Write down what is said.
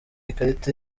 ikarita